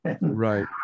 right